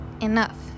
enough